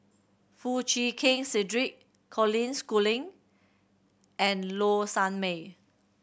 Foo Chee Keng Cedric Colin Schooling and Low Sanmay